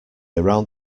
around